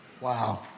Wow